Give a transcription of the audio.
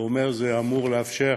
כלומר, זה אמור לאפשר